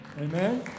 Amen